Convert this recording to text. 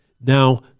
Now